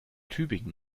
tübingen